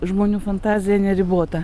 žmonių fantazija neribota